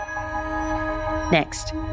Next